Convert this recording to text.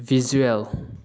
visual